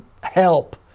help